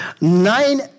nine